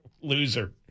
Loser